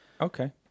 Okay